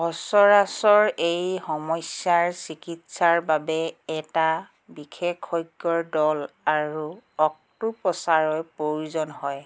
সচৰাচৰ এই সমস্যাৰ চিকিৎসাৰ বাবে এটা বিশেষজ্ঞৰ দল আৰু অস্ত্ৰোপ্ৰচাৰৰ প্ৰয়োজন হয়